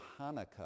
Hanukkah